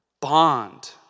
bond